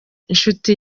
nshuti